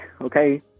Okay